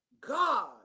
God